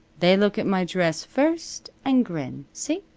they look at my dress first, an' grin. see?